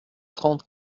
trente